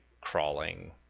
crawling